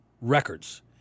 records